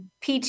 PT